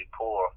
poor